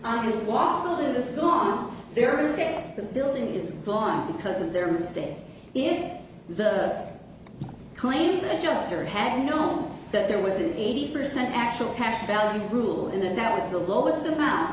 capability is gone because of their mistake in the claims adjustor had known that there was an eighty percent actual cash value rule and that was the lowest amount